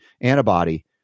antibody